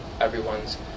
everyone's